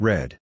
Red